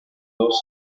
dos